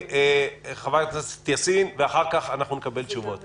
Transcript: חברת הכנסת יאסין ואחר כך נקבל תשובות.